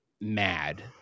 mad